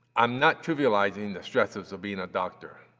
i'm not trivializing the stresses of being a doctor,